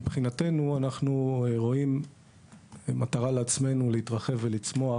מבחינתנו אנחנו רואים מטרה לעצמנו להתרחב ולצמוח.